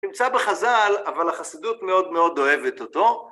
נמצא בחז״ל, אבל החסידות מאוד מאוד אוהבת אותו.